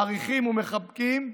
מעריכים ומחבקים,